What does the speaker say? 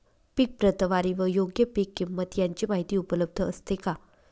पीक प्रतवारी व योग्य पीक किंमत यांची माहिती उपलब्ध असते का?